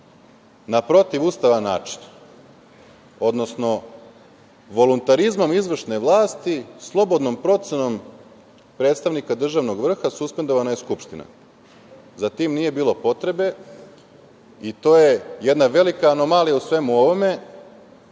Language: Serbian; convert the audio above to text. na protivustavan način, odnosno voluntarizmom izvršne vlasti, slobodnom procenom predstavnika državnog vrha suspendovana je Skupština. Za tim nije bilo potrebe i to je jedna velika anomalija u svemu ovome,